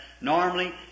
normally